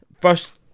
first